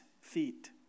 feet